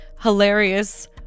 hilarious